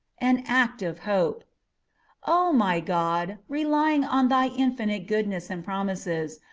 an act of hope o my god! relying on thy infinite goodness and promises,